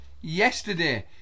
yesterday